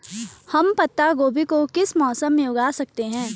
हम पत्ता गोभी को किस मौसम में उगा सकते हैं?